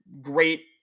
great